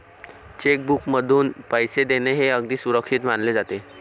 check बुकमधून पैसे देणे हे अगदी सुरक्षित मानले जाते